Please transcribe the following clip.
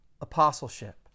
apostleship